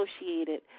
associated